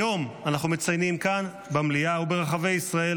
היום אנחנו מציינים כאן במליאה וברחבי ישראל